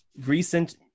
recent